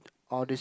all these